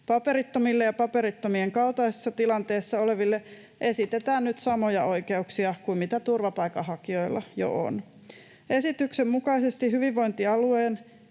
Paperittomille ja paperittomien kaltaisessa tilanteessa oleville esitetään nyt samoja oikeuksia kuin mitä turvapaikanhakijoilla jo on. Esityksen mukaisesti hyvinvointialueen,